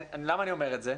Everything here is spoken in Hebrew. למה אני אומר את זה?